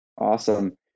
Awesome